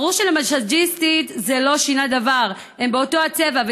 ברור שלמסאז'יסטית זה לא שינה דבר, הם באותו הצבע.